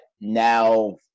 now